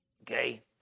Okay